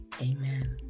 Amen